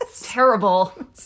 Terrible